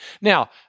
Now